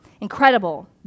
Incredible